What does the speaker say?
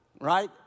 right